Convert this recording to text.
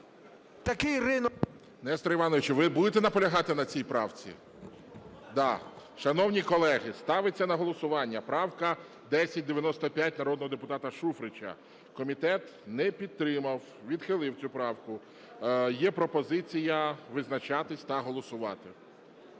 Несторе Івановичу, ви будете наполягати на цій правці? Да. Шановні колеги, ставиться на голосування 1095 народного депутата Шуфрича. Комітет не підтримав, відхилив цю правку. Є пропозиція визначатися та голосувати.